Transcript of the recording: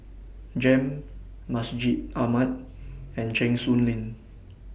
Jem Masjid Ahmad and Cheng Soon Lane